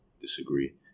disagree